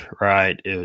right